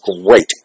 great